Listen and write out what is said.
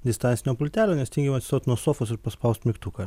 distancinio pultelio nes tingim atsistot nuo sofos ir paspaust mygtuką